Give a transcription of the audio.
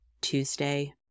Tuesday